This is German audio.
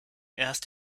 erst